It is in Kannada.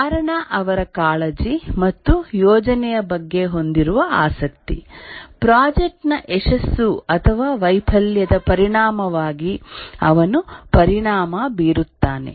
ಕಾರಣ ಅವರ ಕಾಳಜಿ ಮತ್ತು ಯೋಜನೆಯ ಬಗ್ಗೆ ಹೊಂದಿರುವ ಆಸಕ್ತಿ ಪ್ರಾಜೆಕ್ಟ್ ನ ಯಶಸ್ಸು ಅಥವಾ ವೈಫಲ್ಯದ ಪರಿಣಾಮವಾಗಿ ಅವನು ಪರಿಣಾಮ ಬೀರುತ್ತಾನೆ